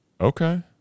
Okay